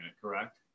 correct